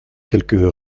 quelques